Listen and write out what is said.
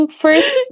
first